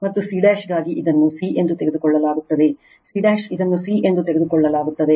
ಮತ್ತು c ಗಾಗಿ ಇದನ್ನು c ಎಂದು ತೆಗೆದುಕೊಳ್ಳಲಾಗುತ್ತದೆ c ಇದನ್ನು c ಎಂದು ತೆಗೆದುಕೊಳ್ಳಲಾಗುತ್ತದೆ